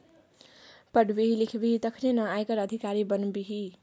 पढ़बिही लिखबिही तखने न आयकर अधिकारी बनबिही